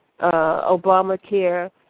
Obamacare